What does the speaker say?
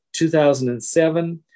2007